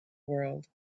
world